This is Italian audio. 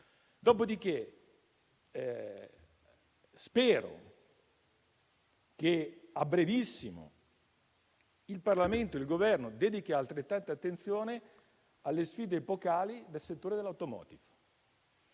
Dopodiché spero che a brevissimo il Parlamento e il Governo dedichino altrettanta attenzione alle sfide epocali del settore dell'*automotive*,